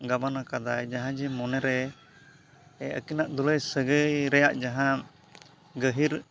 ᱜᱟᱵᱟᱱ ᱠᱟᱫᱟᱭ ᱡᱟᱦᱟᱸ ᱡᱮ ᱢᱚᱱᱮ ᱨᱮ ᱟᱹᱠᱤᱱᱟᱜ ᱫᱩᱞᱟᱹᱲ ᱥᱟᱹᱜᱟᱹᱭ ᱨᱮᱭᱟᱜ ᱡᱟᱦᱟᱸ ᱜᱟᱹᱦᱤᱨ